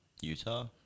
Utah